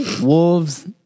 Wolves